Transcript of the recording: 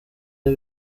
iyo